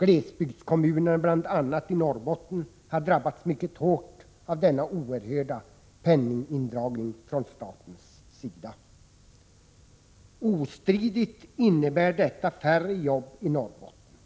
Glesbygdskommunerna bl.a. i Norrbotten har drabbats mycket hårt av denna oerhörda penningindragning från statens sida. Ostridigt innebär detta färre jobb i Norrbotten.